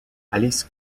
alice